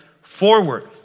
forward